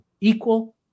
Equal